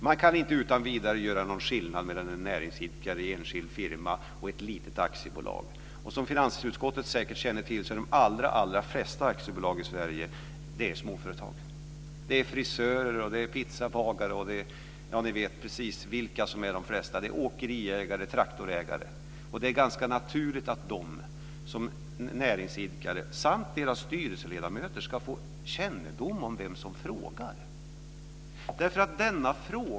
Man kan inte utan vidare göra skillnad mellan näringsidkare i enskild firma och i litet aktiebolag. Som finansutskottet säkert känner till är de allra flesta aktiebolag i Sverige småföretag. Det är frisörer, pizzabagare, åkeriägare och traktorägare. Det är ganska naturligt att de som näringsidkare, och deras styrelseledamöter, ska få kännedom om vem som frågar.